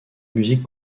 musique